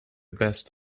best